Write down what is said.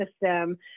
system